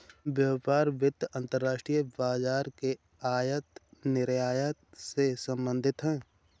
व्यापार वित्त अंतर्राष्ट्रीय बाजार के आयात निर्यात से संबधित है